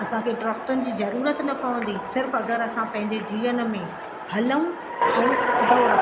असांखे ड्राक्टरनि जी ज़रूरत न पवंदी सिर्फ़ अगरि असां पंहिंजे जीवन में हलूं ऐं द्रौड़